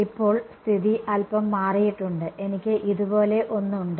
ഇപ്പോൾ സ്ഥിതി അല്പം മാറിയിട്ടുണ്ട് എനിക്ക് ഇതുപോലെ ഒന്ന് ഉണ്ട്